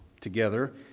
together